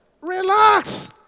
Relax